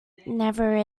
never